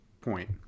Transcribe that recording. point